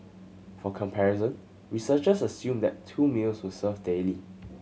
for comparison researchers assumed that two meals were served daily